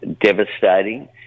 devastating